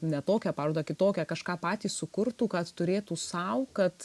ne tokią parodą kitokią kažką patys sukurtų kad turėtų sau kad